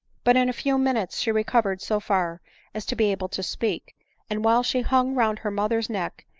but in a few minutes she recovered so far as to be able to speak and while she hung round her mother's neck,